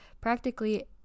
practically